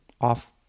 off